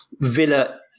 Villa